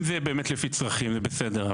אם זה באמת לפי צרכים זה בסדר,